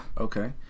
Okay